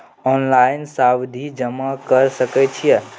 Online सावधि जमा कर सके छिये?